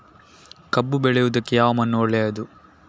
ಕಬ್ಬು ಬೆಳೆಯುವುದಕ್ಕೆ ಯಾವ ಮಣ್ಣು ಒಳ್ಳೆಯದು?